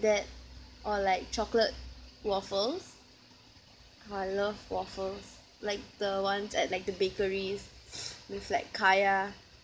that or like chocolate waffles I love waffles like the ones at like the bakeries with like kaya